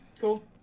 cool